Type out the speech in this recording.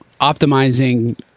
optimizing